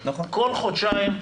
כל חודשיים,